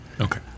Okay